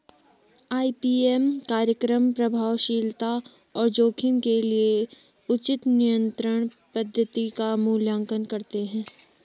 IPM कार्यक्रम प्रभावशीलता और जोखिम के लिए उचित नियंत्रण पद्धति का मूल्यांकन करते हैं